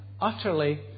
utterly